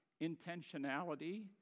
intentionality